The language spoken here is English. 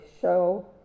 show